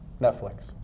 Netflix